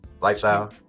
lifestyle